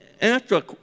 answer